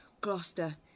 Gloucester